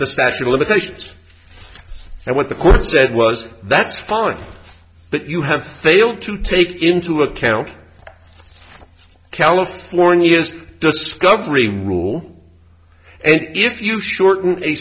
the statue of limitations and what the court said was that's fine but you have thale to take into account california discovery rule and if you shorten a